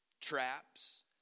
traps